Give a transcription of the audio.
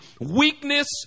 weakness